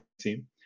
team